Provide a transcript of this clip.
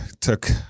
took